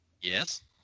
Yes